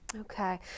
Okay